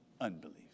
unbelief